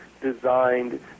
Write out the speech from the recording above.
designed